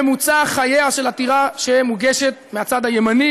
ממוצע חייה של עתירה שמוגשת מהצד הימני